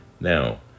Now